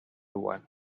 one